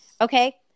okay